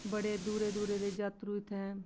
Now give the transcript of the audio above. बड़े दूरे दूरे दे जात्तरू इत्थै